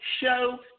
show